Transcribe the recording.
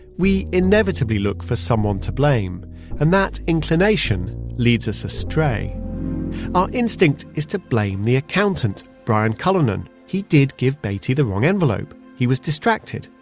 we inevitably look for someone to blame and that inclination leads us astray our instinct is to blame the accountant, brian cullinan, he did give beatty the wrong envelope. he was distracted.